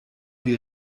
die